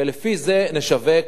ולפי זה נשווק,